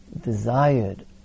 desired